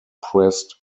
pressed